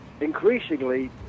increasingly